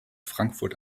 frankfurt